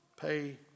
pay